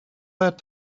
that